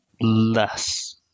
Less